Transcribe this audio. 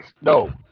No